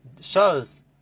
shows